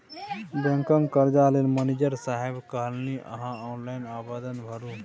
बैंकक कर्जा लेल मनिजर साहेब कहलनि अहॅँ ऑनलाइन आवेदन भरू